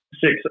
Six